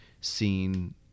seen